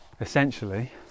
essentially